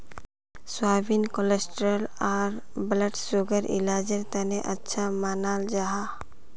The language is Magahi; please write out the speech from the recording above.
सोयाबीन कोलेस्ट्रोल आर ब्लड सुगरर इलाजेर तने अच्छा मानाल जाहा